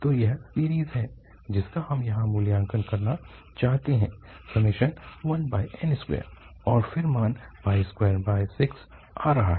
तो यह सीरीज़ है जिसका हम यहाँ मूल्यांकन करना चाहते है ∑1n2 और मान 26 आ रहा है